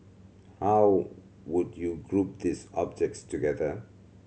how would you group these objects together